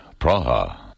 Praha